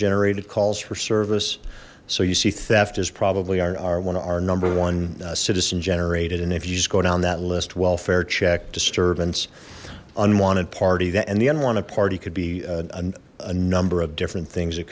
generated calls for service so you see theft is probably on our one of our number one citizen generated and if you just go down that list welfare check disturbance unwanted party that and the unwanted party could be a number of different things